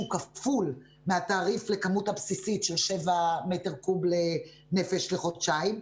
כפול מהתעריף לכמות הבסיסית של 7 מ"ק לנפש לחודשיים,